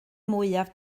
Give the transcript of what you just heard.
mwyaf